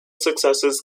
successes